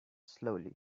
slowly